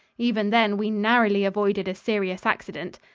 even then, we narrowly avoided a serious accident.